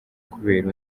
kubera